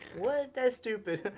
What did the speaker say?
what, that's stupid.